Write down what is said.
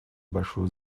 большую